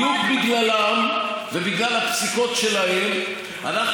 בדיוק בגללם ובגלל הפסיקות שלהם אנחנו